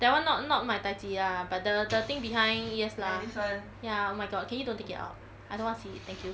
that [one] not not my tai ji ah but the the thing behind yes lah ya oh my god can you don't take out I don't want see it thank you